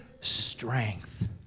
strength